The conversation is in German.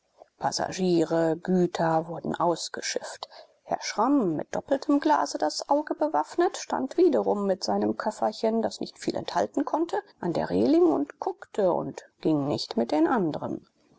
passagiere güter wurden ausgeschifft herr schramm mit doppeltem glase das auge bewaffnet stand wiederum mit seinem köfferchen das nicht viel enthalten konnte an der reling und guckte und ging nicht mit den andren